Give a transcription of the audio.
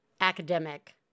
academic